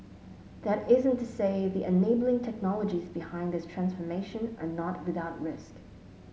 that isn't to say the enabling technologies behind this transformation are not without risk